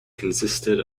consisted